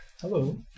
Hello